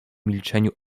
milczeniu